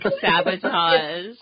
sabotage